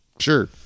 sure